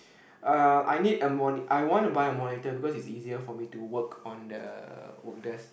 uh I need a moni~ I want to buy a monitor because is easier for me to work on the work desk